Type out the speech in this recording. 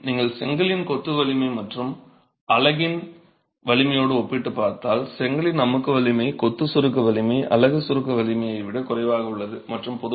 எனவே நீங்கள் செங்கலின் கொத்து வலிமை மற்றும் அலகின் வலிமையோடு ஒப்பிட்டு இருந்தால் செங்கலின் அமுக்கு வலிமை கொத்து சுருக்க வலிமை அலகு சுருக்க வலிமையை விட குறைவாக உள்ளது